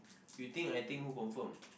you think I think who confirm